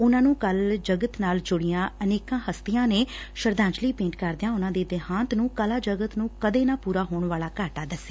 ਉਨਾਂ ਨੂੰ ਕੱਲੂ ਜਗਤ ਨਾਲ ਜੁੜੀਆਂ ਅਨੇਕਾਂ ਹਸਤੀਆਂ ਨੇ ਸ਼ਰਧਾਂਜਲੀ ਭੇਟ ਕਰਦਿਆਂ ਉਨਾਂ ਦੀ ਮੌਤ ਨੂੰ ਕਲਾ ਜਗਤ ਨੂੰ ਕਦੇ ਨਾ ਪੂਰਾ ਹੋਣ ਵਾਲਾ ਘਾਟਾ ਦਸਿਆ